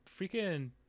freaking